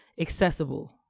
accessible